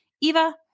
Eva